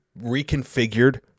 reconfigured